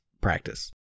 practice